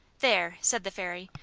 there! said the fairy,